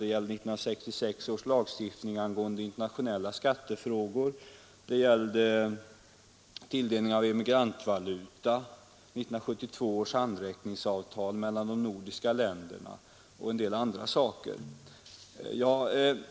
Det gällde 1966 års lagstiftning angående internationella skattefrågor, det gällde tilldelning av emigrantvaluta, det gällde 1972 års handräckningsavtal mellan de nordiska länderna och en del andra saker.